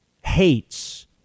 hates